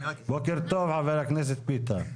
בוקר טוב חבר הכנסת ביטן.